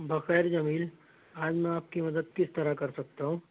بخیر جمیل آج میں آپ کی مدد کس طرح کر سکتا ہوں